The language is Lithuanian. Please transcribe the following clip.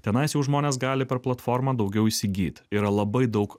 tenais jau žmonės gali per platformą daugiau įsigyt yra labai daug